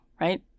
right